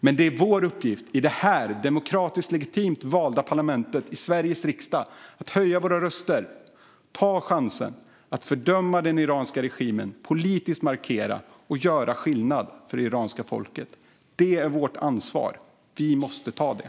Men det är vår uppgift i det här demokratiskt legitimt valda parlamentet, Sveriges riksdag, att höja våra röster och ta chansen att fördöma den iranska regimen och politiskt markera och göra skillnad för det iranska folket. Det är vårt ansvar. Vi måste ta det.